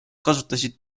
kasutasid